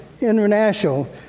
International